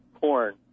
corn